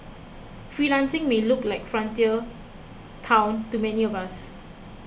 freelancing may look like frontier town to many of us